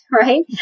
right